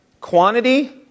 Quantity